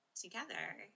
together